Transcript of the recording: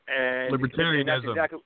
Libertarianism